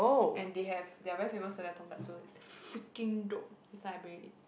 and they have they are very famous for their tonkatsu it's freaking dope next time I bring you eat